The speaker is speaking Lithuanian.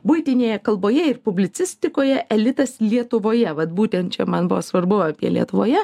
buitinėje kalboje ir publicistikoje elitas lietuvoje vat būtent čia man buvo svarbu apie lietuvoje